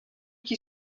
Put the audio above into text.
qui